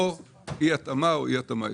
או אי התאמה או אי התאמה יסודית.